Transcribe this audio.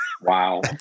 Wow